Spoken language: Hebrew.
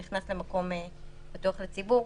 שנכנס למקום פתוח לציבור,